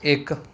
ਇੱਕ